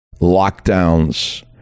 lockdowns